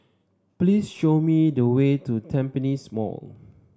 please show me the way to Tampines Mall